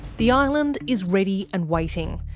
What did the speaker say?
the island is ready and waiting.